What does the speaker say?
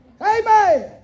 Amen